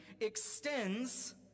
extends